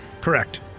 Correct